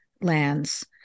lands